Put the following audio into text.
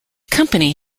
company